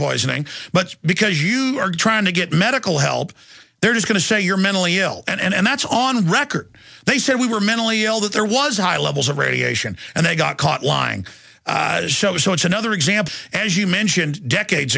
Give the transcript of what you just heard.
poisoning but because you are trying to get medical help there is going to say you're mentally ill and that's on record they said we were mentally ill that there was high levels of radiation and they got caught lying so it's another example as you mentioned decades